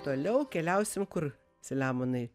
toliau keliausim kur saliamonai